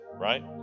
Right